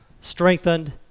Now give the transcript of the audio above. strengthened